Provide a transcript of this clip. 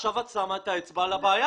עכשיו את שמה את האצבע על הבעיה.